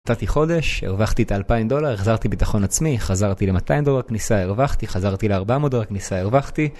קטעתי חודש, הרווחתי את האלפיים דולר, החזרתי ביטחון עצמי, חזרתי למאתיים דולר, כניסה הרווחתי, חזרתי לארבע מאות דולר, כניסה הרווחתי.